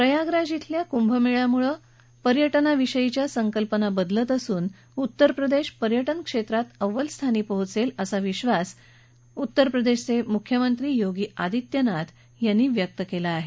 प्रयागराज बेल्या कृभमेळ्यामुळे पर्यटनाविषयीच्या संकल्पना बदलत असून उत्तर प्रदेश पर्यटन क्षेत्रात अव्वल स्थानी पोहोचेल असा विधास उत्तरप्रदेशचे मुख्यमंत्री योगी आदित्यनाथ यांनी व्यक्त केला आहे